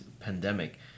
pandemic